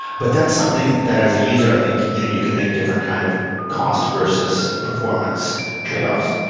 but that's something that as a user i think you know you can make different kind of cost versus performance tradeoffs.